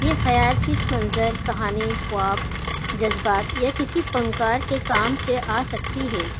یہ خیال کس منظر کہانی خواب جذبات یا کسی فنکار کے کام سے آ سکتی ہے